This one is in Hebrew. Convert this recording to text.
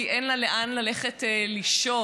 כי אין לה לאן ללכת לישון,